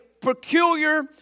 peculiar